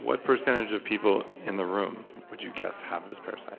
what percentage of people in the room would you guess have this parasite?